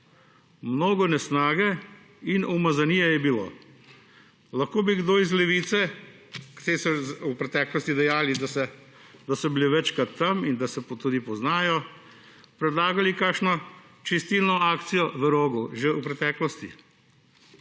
mnogo nesnage in umazanije je bilo. Lahko bi kdo iz Levice, iz te so v preteklosti dejali, da so bili večkrat tam in da se tudi poznajo, predlagal kakšno čistilno akcijo v Rogu že v preteklosti.